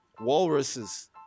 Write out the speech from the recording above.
walruses